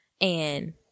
and-